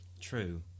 True